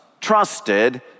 trusted